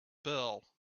bell